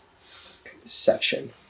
section